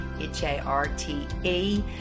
h-a-r-t-e